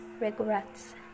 regrets